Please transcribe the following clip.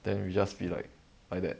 then we just be like like that